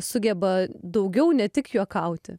sugeba daugiau ne tik juokauti